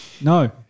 No